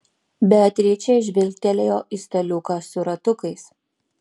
beatričė žvilgtelėjo į staliuką su ratukais